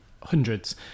hundreds